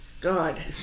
God